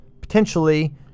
potentially